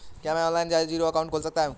क्या मैं online zero account खोल सकता हूँ?